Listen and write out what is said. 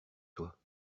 toi